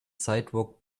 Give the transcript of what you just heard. sidewalk